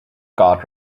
guard